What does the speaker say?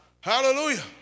Hallelujah